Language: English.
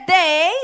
day